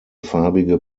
farbige